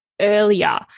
earlier